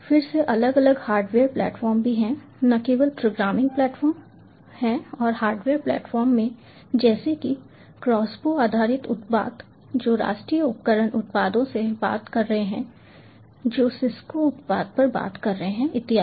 फिर से अलग अलग हार्डवेयर प्लेटफ़ॉर्म भी हैं न केवल प्रोग्रामिंग प्लेटफ़ॉर्म हैं और हार्डवेयर प्लेटफ़ॉर्म में जैसे कि क्रॉसबो आधारित उत्पाद जो राष्ट्रीय उपकरण उत्पादों से बात कर रहे हैं जो सिस्को उत्पादों पर बात कर रहे हैं इत्यादि